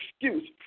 excuse